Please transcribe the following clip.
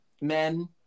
men